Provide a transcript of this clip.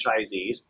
franchisees